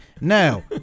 Now